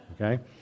Okay